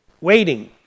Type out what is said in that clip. Waiting